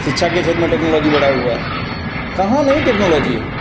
सिक्षा के क्षेत्र में टेक्नोलॉजी बढ़ी हुई है कहाँ नहीं टेक्नोलॉजी है